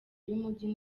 y’umujyi